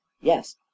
Yes